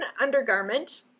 undergarment